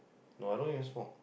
no I don't use phone